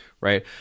right